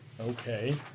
Okay